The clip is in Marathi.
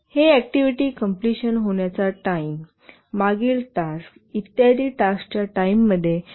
हे ऍक्टिव्हिटी कॉम्प्लिशन होण्याच्या टाईम मागील टास्क इत्यादी टास्कच्या टाईममध्ये व्हॅरिएशनसला अनुमती देते